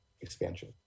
expansion